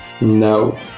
no